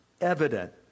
evident